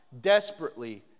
desperately